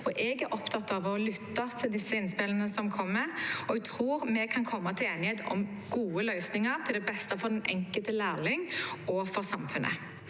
Jeg er opptatt av å lytte til innspillene som kommer, og jeg tror vi kan komme til enighet om gode løsninger til beste for den enkelte lærling og for samfunnet.